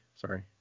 Sorry